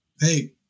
Hey